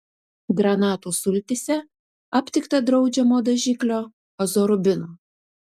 granatų sultyse aptikta draudžiamo dažiklio azorubino